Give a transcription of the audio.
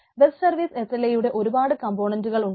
web service SLA യിൽ ഒരുപാട് കംപോണന്റുകൾ ഉണ്ട്